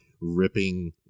ripping